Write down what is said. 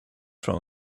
from